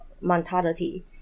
Mentality